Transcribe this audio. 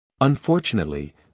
Unfortunately